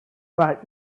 bright